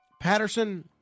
Patterson